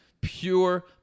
pure